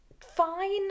fine